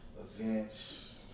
events